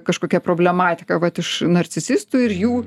kažkokia problematika vat iš narcisistų ir jų